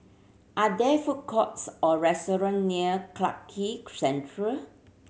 are there food courts or restaurant near Clarke Quay Central